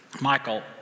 Michael